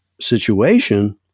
situation